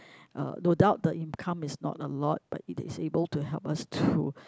uh no doubt the income is not a lot but it is able to help us to